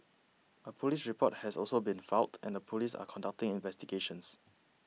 a police report has also been filed and the police are conducting investigations